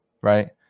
right